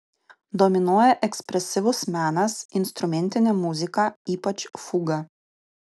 dominuoja ekspresyvus menas instrumentinė muzika ypač fuga